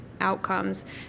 outcomes